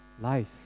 life